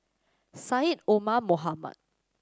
Syed Omar Mohamed